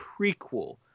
prequel